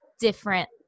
different